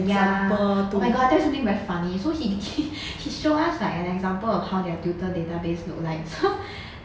ya oh my god I tell you something very funny so he he show us like an example of how their tutor database look like so